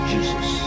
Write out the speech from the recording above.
Jesus